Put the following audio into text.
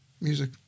music